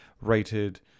rated